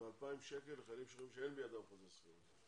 ו-2,000 שקל לחיילים משוחררים שאין בידם חוזה שכירות.